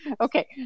Okay